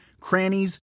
crannies